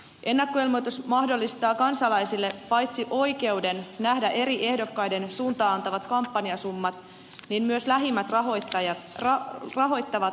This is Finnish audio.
ennakkoilmoitus mahdollistaa kansalaisille paitsi oikeuden nähdä eri ehdokkaiden suuntaa antavat kampanjasummat niin myös lähimmät rahoittavat sidosryhmät